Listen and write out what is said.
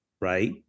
right